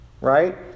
right